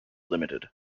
limited